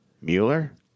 Mueller